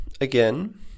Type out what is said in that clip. again